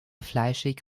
fleischig